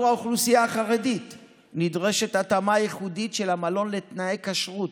לאוכלוסייה החרדית נדרשת התאמה ייחודית של המלון לתנאי כשרות.